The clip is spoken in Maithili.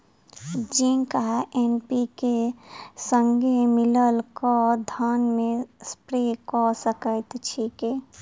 जिंक आ एन.पी.के, संगे मिलल कऽ धान मे स्प्रे कऽ सकैत छी की?